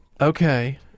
Okay